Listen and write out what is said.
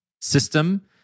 system